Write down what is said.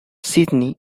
sydney